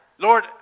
Lord